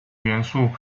元素